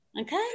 Okay